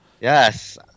yes